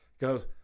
goes